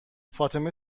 فاطمه